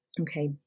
okay